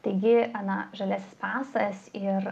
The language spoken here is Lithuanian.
taigi ana žaliasis pasas ir